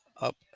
up